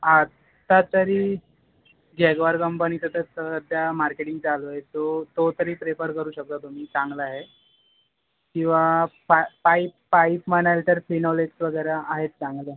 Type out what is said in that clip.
आत्तातरी Jaguar कंपनीचं तसं त्या मार्केटिंग चालू आहे तो तो तरी प्रिफर करू शकता तुम्ही चांगला आहे किंवा पा पाईप पाईप म्हणाल तर फिनोलेक्स वगैरे आहेत चांगलं